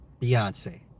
Beyonce